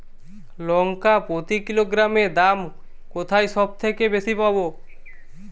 লঙ্কা প্রতি কিলোগ্রামে দাম কোথায় সব থেকে বেশি পাব?